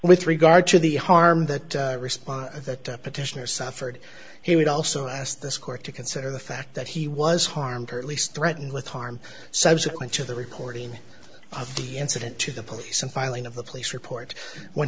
with regard to the harm that response that petitioner suffered he would also ask this court to consider the fact that he was harmed her at least threatened with harm subsequent to the recording of the incident to the police and filing of the police report when